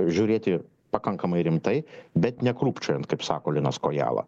žiūrėti pakankamai rimtai bet nekrūpčiojant kaip sako linas kojala